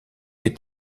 est